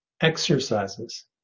exercises